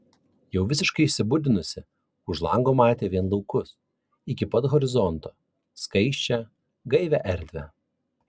jau visiškai išsibudinusi už lango matė vien laukus iki pat horizonto skaisčią gaivią erdvę